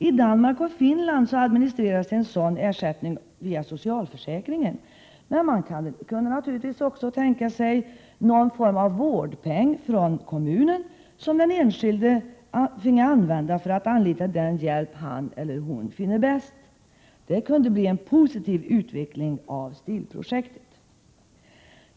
I Danmark och Finland administreras en sådan ersättning via socialförsäkringen, men man kunde naturligtvis också tänka sig någon form av ”vårdpeng” från kommunen som den enskilde finge använda för att anlita den hjälp han eller hon finner bäst. Det kunde bli en positiv utveckling av STIL-projektet.